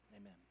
Amen